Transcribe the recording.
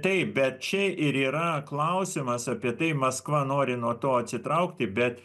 taip bet čia ir yra klausimas apie tai maskva nori nuo to atsitraukti bet